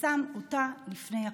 ושם אותה לפני הכול.